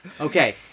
Okay